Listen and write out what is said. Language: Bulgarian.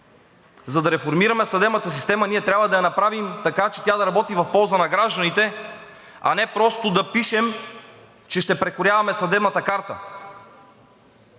за да реформираме съдебната система, ние трябва да я направим така, че тя да работи в полза на гражданите, а не просто да пишем, че ще прекрояваме съдебната карта.